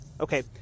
Okay